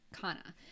kana